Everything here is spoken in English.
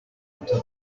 until